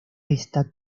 esta